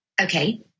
Okay